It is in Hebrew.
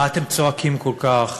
מה אתם צועקים כל כך?